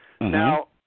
Now